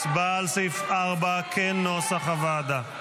הצבעה על סעיף 4 כנוסח הוועדה.